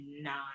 nine